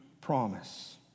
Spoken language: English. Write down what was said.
promise